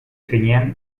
finean